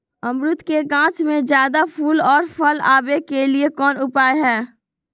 अमरूद के गाछ में ज्यादा फुल और फल आबे के लिए कौन उपाय है?